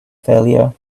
failure